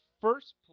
first